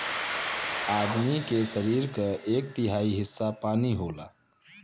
आदमी के सरीर क एक तिहाई हिस्सा पानी होला